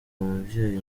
umubyeyi